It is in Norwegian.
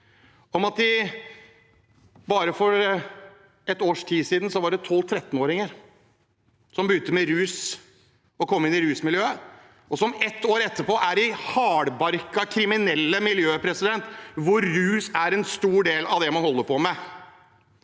om at det bare for et års tid siden var 12–13-åringer som begynte med rus og som kom inn i rusmiljøet, og som ett år etterpå er i hardbarkede kriminelle miljøer, hvor rus er en stor del av det man holder på med.